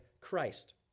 Christ